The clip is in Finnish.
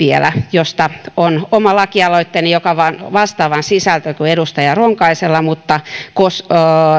josta on oma lakialoitteeni joka on vastaavansisältöinen kuin edustaja ronkaisella mutta